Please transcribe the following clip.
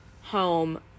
home